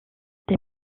des